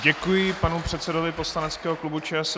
Děkuji panu předsedovi poslaneckého klubu ČSSD.